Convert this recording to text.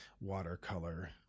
watercolor